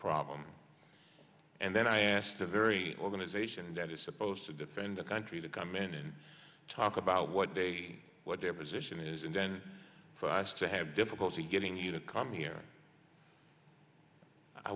problem and then i asked a very organization that is supposed to defend the country to come in and talk about what they see what their position is and then for us to have different so getting you to come here i